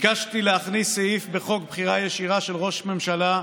ביקשתי להכניס סעיף בחוק בחירה ישירה של ראש ממשלה,